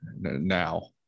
now